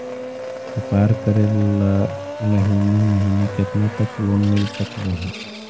व्यापार करेल महिने महिने केतना तक लोन मिल सकले हे?